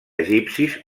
egipcis